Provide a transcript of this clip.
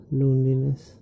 loneliness